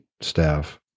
staff